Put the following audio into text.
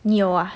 你有 ah